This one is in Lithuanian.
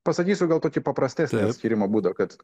pasakysiu gal tokį paprastesnį atskyrymo būdą kad